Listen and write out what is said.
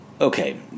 Okay